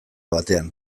batean